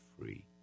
free